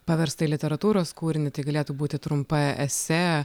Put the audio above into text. paversta į literatūros kūrinį tai galėtų būti trumpa esė